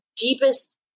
deepest